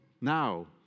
Now